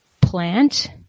plant